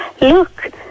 Look